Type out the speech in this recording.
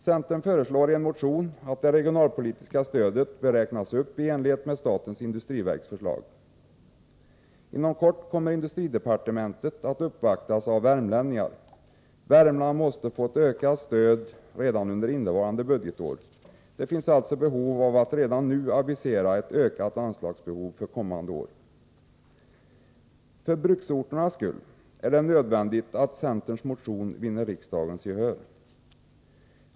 Centern föreslår i en motion att det regionalpolitiska stödet bör räknas upp i enlighet med statens industriverks förslag. Inom kort kommer industridepartementet att uppvaktas av värmlänningar. Värmland måste få ett ökat stöd redan under innevarande budgetår. Det finns alltså behov av att redan nu avisera ett ökat anslagsbehov för kommande år. För bruksorternas skull är det nödvändigt att centerns motion vinner riksdagens gehör.